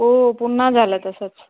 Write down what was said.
हो पुन्हा झालं तसंच